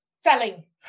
Selling